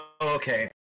Okay